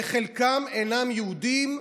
וחלקם אינם יהודים,